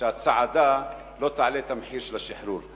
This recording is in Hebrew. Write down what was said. שהצעדה לא תעלה את המחיר של השחרור,